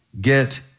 get